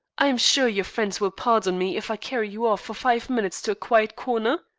i am sure your friends will pardon me if i carry you off for five minutes to a quiet corner.